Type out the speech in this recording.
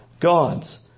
gods